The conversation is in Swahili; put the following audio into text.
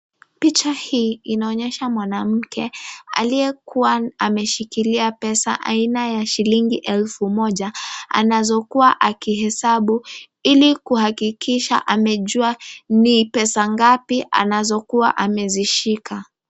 Picha hii inaonyesha mwanamke aliyekuwa ameshikilia pesa aina ya shilingi elfu moja, anazokuwa akihesabu, ili kuhakikisha amejua ni pesa ngai anazo kuwa amezishika.